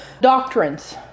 doctrines